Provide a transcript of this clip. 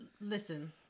listen